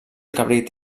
cabrit